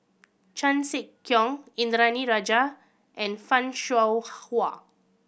Chan Sek Keong Indranee Rajah and Fan Shao Hua